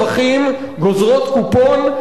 על כל עובד זר שנכנס לישראל.